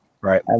Right